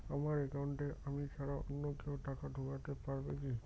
আমার একাউন্টে আমি ছাড়া অন্য কেউ টাকা ঢোকাতে পারবে কি?